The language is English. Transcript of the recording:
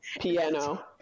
Piano